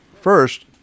First